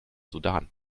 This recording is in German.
sudan